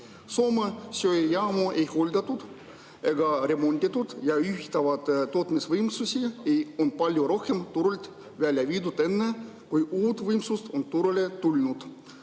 Soome söejaamu ei hooldatud ega remonditud ja juhitavaid tootmisvõimsusi on palju rohkem turult välja viidud, enne kui uus võimsus on turule tulnud.